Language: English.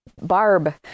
Barb